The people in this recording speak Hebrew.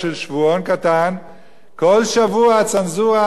כל שבוע הצנזורה עשתה לנו בעיות, על כל ידיעה.